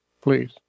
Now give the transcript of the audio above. please